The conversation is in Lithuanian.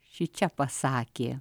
šičia pasakė